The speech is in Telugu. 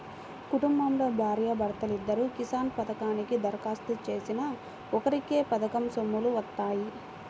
కుటుంబంలో భార్యా భర్తలిద్దరూ కిసాన్ పథకానికి దరఖాస్తు చేసినా ఒక్కరికే పథకం సొమ్ములు వత్తాయి